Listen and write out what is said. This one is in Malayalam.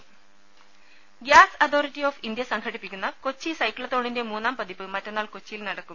ദേദ ഗ്യാസ് അതോറിറ്റി ഓഫ് ഇന്ത്യ സംഘടിപ്പിക്കുന്ന കൊച്ചി സൈക്കത്തോണിന്റെ മൂന്നാം പതിപ്പ് മറ്റന്നാൾ കൊച്ചിയിൽ നടക്കും